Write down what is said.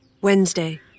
Wednesday